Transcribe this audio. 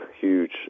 huge